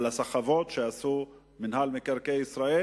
על הסחבת שעשו מינהל מקרקעי ישראל.